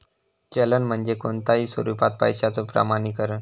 चलन म्हणजे कोणताही स्वरूपात पैशाचो प्रमाणीकरण